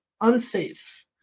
unsafe